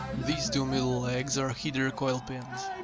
these two middle legs are heater coil pins.